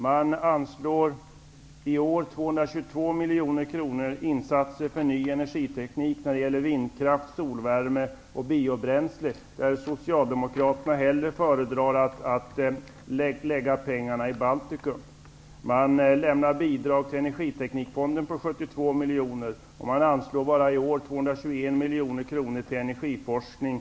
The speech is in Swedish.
I år anslår man också 222 miljoner kronor för insatser på ny energiteknik när det gäller vindkraft, solvärme och biobränsle. Socialdemokraterna föredrar i stället att lägga pengarna i Baltikum. Man lämnar bidrag till energiteknikfonden med 72 miljoner, och bara i år anslås 221 miljoner kronor till energiforskning.